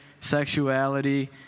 sexuality